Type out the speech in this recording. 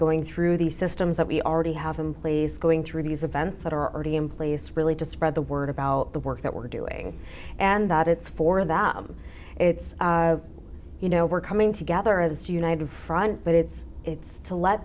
going through the systems that we already have some place going through these events that are already in place really to spread the word about the work that we're doing and that it's for that it's you know we're coming together this united front but it's it's to let